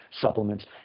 supplements